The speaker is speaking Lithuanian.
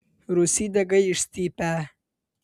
rūsy diegai išstypę